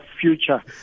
future